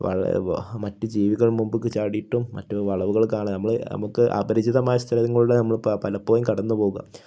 വ മറ്റ് ജീവികൾ മുൻപേക്ക് ചാടിയിട്ടും മറ്റ് വളവുകൾ കാണും നമ്മൾ നമുക്ക് അപരിചിതമായ സ്ഥലങ്ങളിലൂടെ നമ്മൾ ഇപ്പം പലപ്പോഴും കടന്ന് പോകുക